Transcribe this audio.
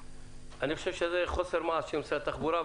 אני חושב שזה חוסר מעש של משרד התחבורה.